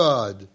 God